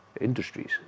industries